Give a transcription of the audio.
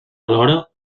alhora